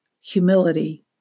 humility